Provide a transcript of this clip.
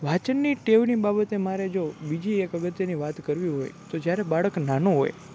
વાંચનની ટેવની બાબતે મારે જો બીજી એક અગત્યની વાત કરવી હોય તો જ્યારે બાળક નાનો હોય